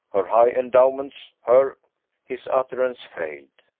her high endowments, her his utterance failed.